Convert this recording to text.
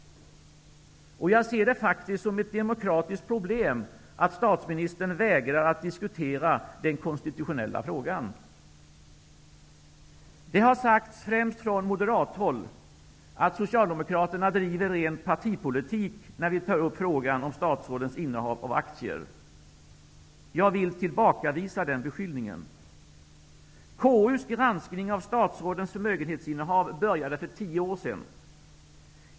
Jag ser det faktiskt som ett demokratiskt problem att statsministern vägrar att diskutera den konstitutionella frågan. Det har sagts -- främst från moderathåll -- att vi socialdemokrater driver ren partipolitik när vi tar upp frågan om statsrådens innehav av aktier. Jag vill tillbakavisa den beskyllningen. KU:s granskning av statsrådens förmögenhetsinnehav började för tio år sedan.